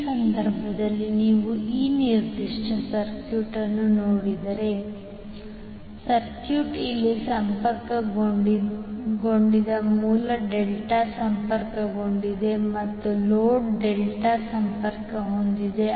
ಈ ಸಂದರ್ಭದಲ್ಲಿ ನೀವು ಈ ನಿರ್ದಿಷ್ಟ ಸರ್ಕ್ಯೂಟ್ ಅನ್ನು ನೋಡಿದರೆ ಸರ್ಕ್ಯೂಟ್ ಇಲ್ಲಿ ಸಂಪರ್ಕಗೊಂಡಿದೆ ಮೂಲವು ಡೆಲ್ಟಾ ಸಂಪರ್ಕಗೊಂಡಿದೆ ಮತ್ತು ಲೋಡ್ ಡೆಲ್ಟಾ ಸಂಪರ್ಕ ಹೊಂದಿದೆ